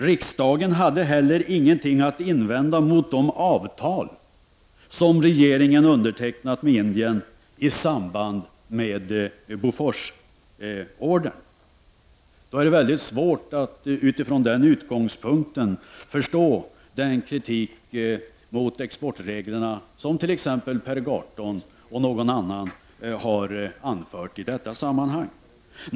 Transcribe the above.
Riksdagen hade heller ingenting att invända mot de avtal som regeringen undertecknat visavi Indien i samband med Boforsordern. Det är svårt att utifrån den utgångspunkten förstå den kritik mot exportreglerna som t.ex. Per Gahrton anfört i detta sammanhang.